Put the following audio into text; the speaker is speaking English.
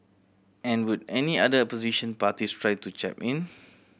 and would any other opposition parties try to chap in